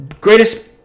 greatest